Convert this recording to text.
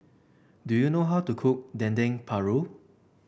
do you know how to cook Dendeng Paru